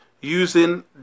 using